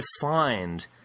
defined